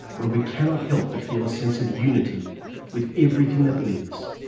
where we cannot help but feel a sense of unity with everything that lives.